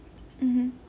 mmhmm